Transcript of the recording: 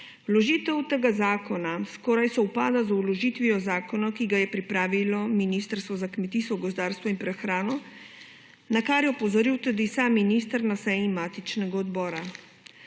Vložitev tega zakona skoraj sovpada z vložitvijo zakona, ki ga je pripravilo Ministrstvo za kmetijstvo, gozdarstvo in prehrano na kar je opozoril tudi sam minister na seji matičnega odbora.